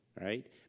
right